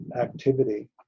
activity